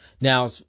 Now